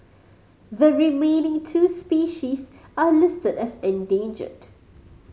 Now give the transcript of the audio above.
the remaining two species are listed as endangered